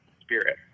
Spirit